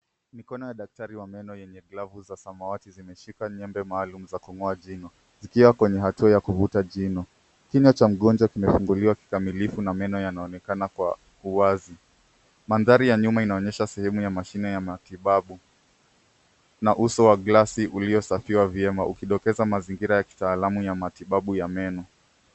Mikono ya daktari wa meno yenye glavu za samawati zimeshika nyembe maalum ya kung'oa jino ,zikiwa kwenye hatua ya kuvuta jino, kinywa cha mgonjwa kimefunguliwa kikakimilifu na meno yanaoenakana kwa uwazi . Mandhari ya nyuma inaoenesha sehemu ya mashine ya matibabu, na uso wa glasi uliosafiwa vyema ukidokeza mazingira ya kitaalamu ya matibabu ya meno.